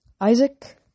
Isaac